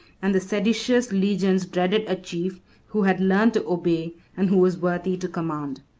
and the seditious legions dreaded a chief who had learned to obey, and who was worthy to command.